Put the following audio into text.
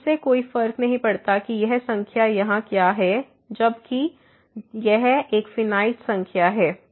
तो इससे कोई फर्क नहीं पड़ता कि यह संख्या यहाँ क्या है जब तक कि यह एक फिनाइट संख्या है